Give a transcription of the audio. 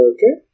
Okay